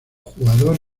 jugador